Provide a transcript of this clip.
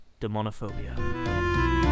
demonophobia